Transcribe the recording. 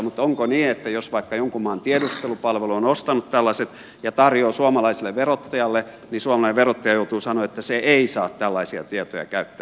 mutta onko niin että jos vaikka jonkun maan tiedustelupalvelu on ostanut tällaiset ja tarjoaa niitä suomalaiselle verottajalle suomalainen verottaja joutuu sanomaan että se ei saa tällaisia tietoja käyttää